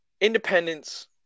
independence